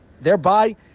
thereby